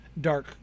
dark